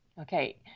Okay